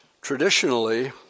Traditionally